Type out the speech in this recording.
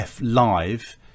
Live